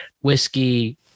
whiskey